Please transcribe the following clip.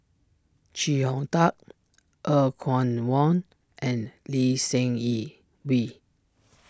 Chee Hong Tat Er Kwong Wah and Lee Seng Yee Wee